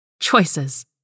Choices